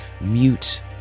mute